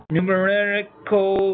Numerical